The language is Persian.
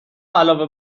علاوه